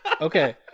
okay